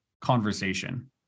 conversation